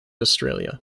australia